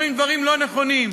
אומרים דברים לא נכונים.